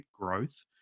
growth